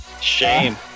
shame